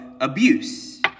abuse